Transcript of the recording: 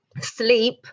sleep